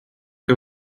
que